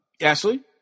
Ashley